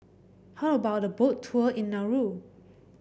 how about a Boat Tour in Nauru